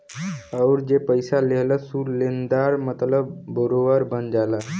अउर जे पइसा लेहलस ऊ लेनदार मतलब बोरोअर बन जाला